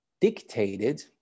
dictated